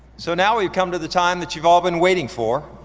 so now we've come to the time that you've all been waiting for,